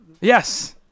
Yes